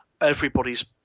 everybody's